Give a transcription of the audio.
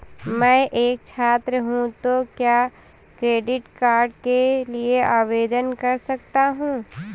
मैं एक छात्र हूँ तो क्या क्रेडिट कार्ड के लिए आवेदन कर सकता हूँ?